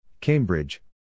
Cambridge